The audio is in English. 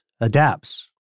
adapts